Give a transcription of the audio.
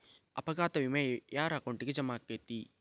ಅಪಘಾತ ವಿಮೆ ಯಾರ್ ಅಕೌಂಟಿಗ್ ಜಮಾ ಆಕ್ಕತೇ?